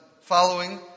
following